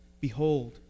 Behold